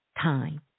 time